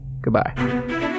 Goodbye